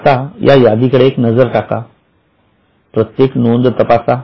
आता यादीकडे एक नजर टाका प्रत्येक नोंद तपासा